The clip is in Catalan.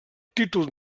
títol